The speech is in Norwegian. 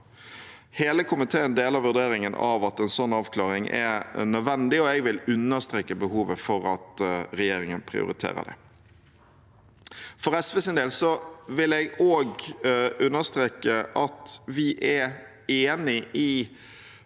Hele komiteen deler vurderingen av at en sånn avklaring er nødvendig, og jeg vil understreke behovet for at regjeringen prioriterer det. For SVs del vil jeg også understreke at vi er enig i